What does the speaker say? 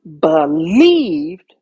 believed